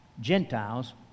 Gentiles